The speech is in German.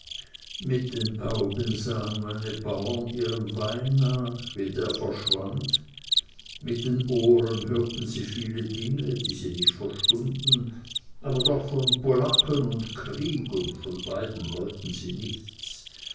mit den augen sahen meine bauern ihrem wein nach wie der verschwand mit den ohren hörten sie viele dinge die sie nicht verstunden aber doch von polaken und krieg und von beiden wollten sie nichts